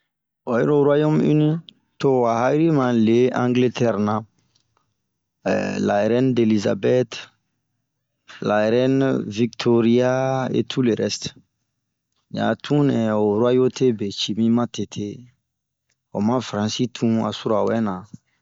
Wayiro ruayɔme ini, to wa ha'iri ma li angiletɛre na, ɛɛh la rɛne delizabɛte, la rɛne viktoriyaa,e tu le rɛste. oh a tun nɛɛ, ruayoye beci bin matete, ho ma faransi tun asura wɛna.